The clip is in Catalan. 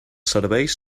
serveis